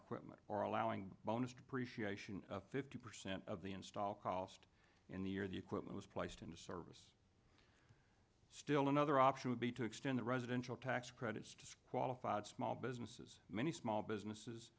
much or allowing bonus depreciation of fifty percent of the install cost in the year the equipment was placed into service still another option would be to extend the residential tax credits qualified small businesses many small businesses